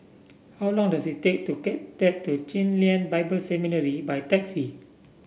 how long does it take to get to Chen Lien Bible Seminary by taxi